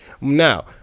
Now